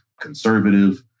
conservative